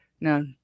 No